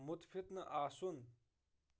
مُتفِف نہٕ آسُن